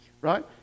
Right